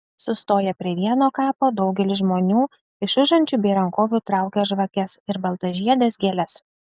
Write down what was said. sustoję prie vieno kapo daugelis žmonių iš užančių bei rankovių traukia žvakes ir baltžiedes gėles